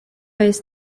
jest